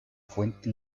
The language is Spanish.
fuente